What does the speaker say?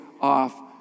off